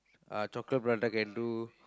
uh chocolate prata can do